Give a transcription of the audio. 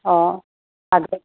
હા આગળ